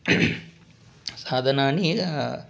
साधनानि